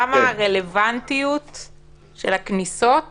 מה רלוונטיות הכניסות